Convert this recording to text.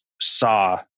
saw